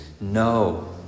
No